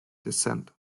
descent